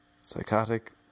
Psychotic